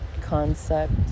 concept